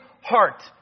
heart